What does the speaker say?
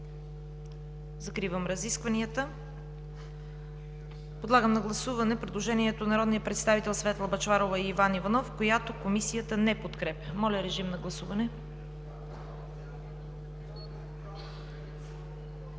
Закривам разискванията. Подлагам на гласуване предложението на народните представители Светла Бъчварова и Иван Иванов, което Комисията не подкрепя. Гласували